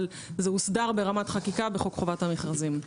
זה הוסדר ברמת חקיקה בחוק חובת המכרזים.